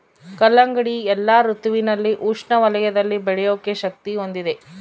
ಕಲ್ಲಂಗಡಿ ಎಲ್ಲಾ ಋತುವಿನಲ್ಲಿ ಉಷ್ಣ ವಲಯದಲ್ಲಿ ಬೆಳೆಯೋ ಶಕ್ತಿ ಹೊಂದಿದೆ